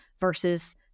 versus